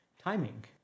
timing